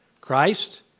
Christ